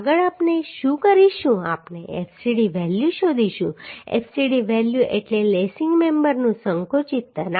આગળ આપણે શું કરીશું આપણે fcd વેલ્યુ શોધીશું fcd વેલ્યુ એટલે લેસિંગ મેમ્બરનું સંકુચિત તણાવ